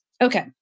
Okay